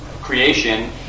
creation